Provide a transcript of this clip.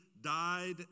died